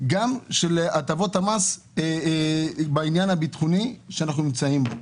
גם של הטבות המס בעניין הביטחוני שאנחנו נמצאים בו.